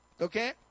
Okay